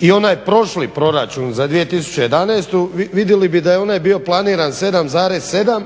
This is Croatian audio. i onaj prošli proračun za 2011. Vidjeli bi da je onaj bio planiran 7,7